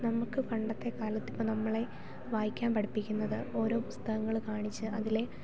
നമുക്ക് പണ്ടത്തെ കാലത്ത് ഇപ്പോൾ നമ്മളെ വായിക്കാൻ പഠിപ്പിക്കുന്നത് ഓരോ പുസ്തകങ്ങൾ കാണിച്ച് അതിലെ